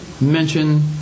mention